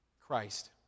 Christ